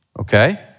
okay